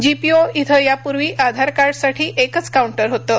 GPO इथं यापूर्वी Aadhaar card साठी एक काऊंन्टर होतं